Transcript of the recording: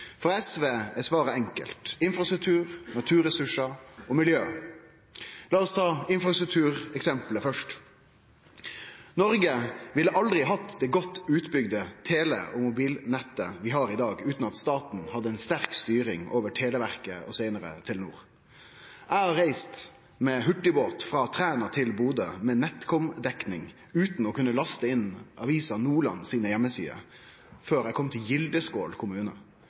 For SV er svaret enkelt: infrastruktur, naturressursar og miljø. Lat oss ta infrastruktureksemplet først: Noreg ville aldri hatt det godt utbygde tele- og mobilnettet vi har i dag, utan at staten hadde ei sterk styring over Televerket og seinare Telenor. Eg har reist med hurtigbåt frå Træna til Bodø med NetCom-dekning, utan å kunne laste inn Avisa Nordland si heimeside før eg kom til Gildeskål kommune.